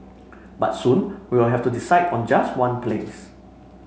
but soon we will have to decide on just one place